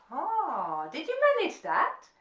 ah, did you manage that?